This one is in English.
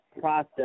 process